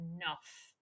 enough